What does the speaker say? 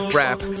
rap